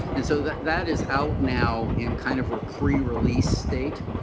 and so that that is out now in kind of a pre-release state.